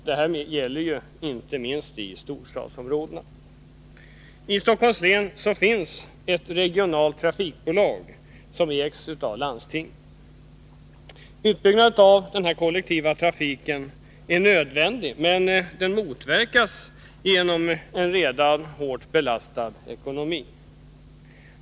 Det gäller inte minst storstadsområdena. I Stockholms län finns ett regionalt trafikbolag, som ägs av landstinget. Utbyggnaden av den kollektiva trafiken är nödvändig, men den motverkas genom en redan hårt belastad ekonomi.